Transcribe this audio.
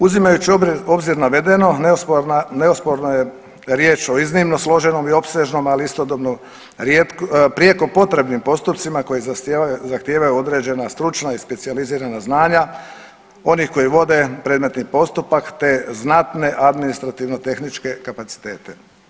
Uzimajući u obzir navedeno nesporno je riječ o iznimno složenom i opsežnom, ali istodobno prijeko potrebnim postupcima koji zahtijevaju određena stručna i specijalizirana znanja onih koji vode predmetni postupak, te znatne administrativno-tehničke kapacitete.